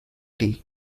tea